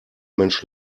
mensch